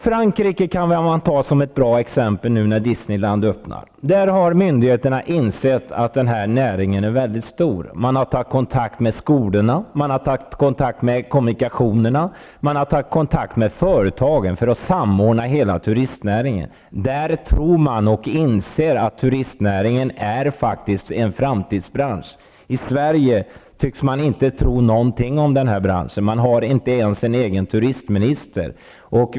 Frankrike kan jag ta som ett bra exempel, när Disneyland nu öppnar där. Myndigheterna har insett att den här näringen är väldigt stor. Man har tagit kontakt med skolorna, med kommunikationerna och med företagen för att samordna hela turistnäringen. Där inser man att turistnäringen är en framtidsbransch. I Sverige tycks man inte tro någonting om branschen -- här finns inte ens en turistminister.